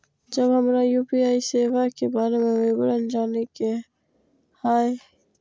जब हमरा यू.पी.आई सेवा के बारे में विवरण जाने के हाय?